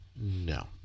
No